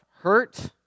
hurt